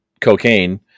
cocaine